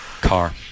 Car